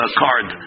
card